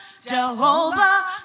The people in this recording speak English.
Jehovah